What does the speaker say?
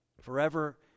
forever